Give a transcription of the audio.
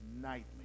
nightmare